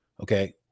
Okay